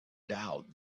doubt